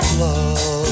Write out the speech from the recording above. love